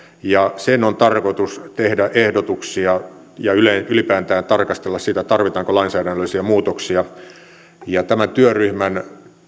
ja sen on tarkoitus tehdä ehdotuksia ja ylipäätään tarkastella sitä tarvitaanko lainsäädännöllisiä muutoksia tämän työryhmän